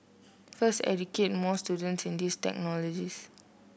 first educate more students in these technologies